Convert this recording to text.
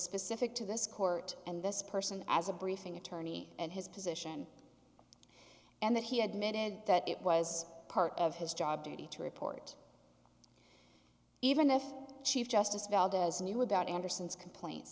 specific to this court and this person as a briefing attorney and his position and that he admitted that it was part of his job duty to report even if chief justice valdez knew about anderson's complaints